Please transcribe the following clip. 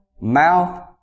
mouth